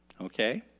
Okay